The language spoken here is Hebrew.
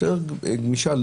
הגמישה.